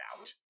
out